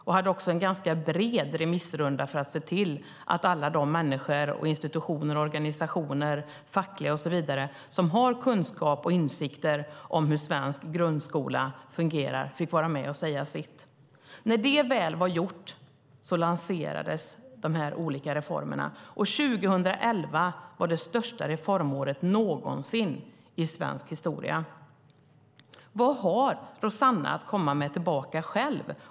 Man hade en ganska bred remissrunda för att se till att alla de människor, institutioner och organisationer - fackliga och andra - som har kunskap och insikter om hur svensk grundskola fungerar fick vara med och säga sitt. När detta väl var gjort lanserades de olika reformerna. 2011 var det största reformåret någonsin i svensk historia. Vad har Rossana själv att komma med tillbaka?